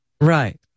right